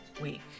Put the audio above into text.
week